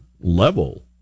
level